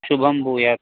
शुभं भूयात्